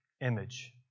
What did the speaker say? image